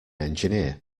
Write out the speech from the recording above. engineer